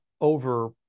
over